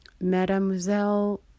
mademoiselle